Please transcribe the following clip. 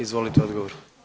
Izvolite odgovor.